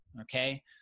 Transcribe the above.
Okay